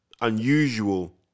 unusual